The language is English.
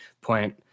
point